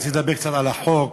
רציתי לדבר קצת על החוק,